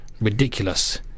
ridiculous